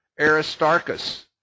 Aristarchus